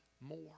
More